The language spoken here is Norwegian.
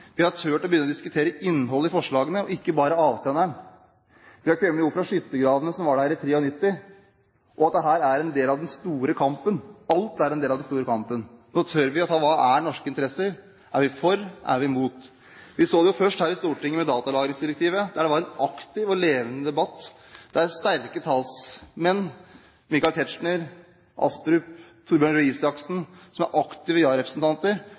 Vi har tort å begynne å diskutere innholdet i forslagene, ikke bare avsenderen. Vi har kommet opp fra skyttergravene som var der i 1993, og dette er en del av den store kampen – alt er en del av den store kampen. Nå tør vi å spørre: Hva er norske interesser? Er vi for, eller er vi imot? Vi så det først her i Stortinget med datalagringsdirektivet, der det var en aktiv og levende debatt, og der sterke talsmenn som Michael Tetzschner, Nikolai Astrup og Torbjørn Røe Isaksen, som er aktive